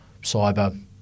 cyber